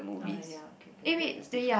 ah ya K K that is different